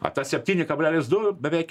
a tas septyni kablelis du beveik